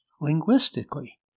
linguistically